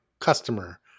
customer